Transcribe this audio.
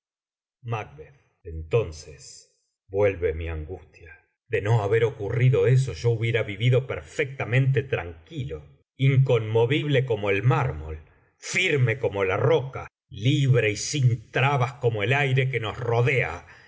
entonces vuelve mi angustia de no haber ocurrido eso yo hubiera vivido perfectamente tranquilo inconmovible como el mármol firme como la roca libre y sin trabas como el aire que nos rodea